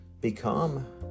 become